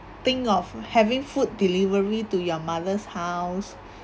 think of having food delivery to your mother's house